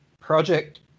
Project